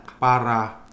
Para